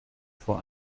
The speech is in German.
vor